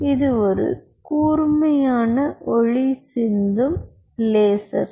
இது ஒரு கூர்மையான ஒளி சிந்தும் லேசர் சோர்ஸ்